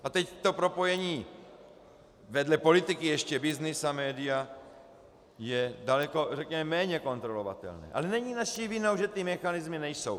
A teď to propojení vedle politiky ještě byznys a média je daleko méně kontrolovatelné, ale není naší vinou, že ty mechanismy nejsou.